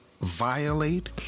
violate